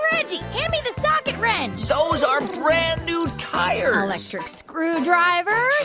reggie. hand me the socket wrench those are brand new tires electric screwdriver.